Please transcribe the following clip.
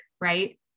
right